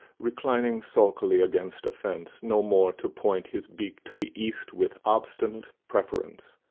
reclining sulkily against a fence, no more to point his beak to the east with obstinate preference.